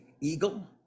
eagle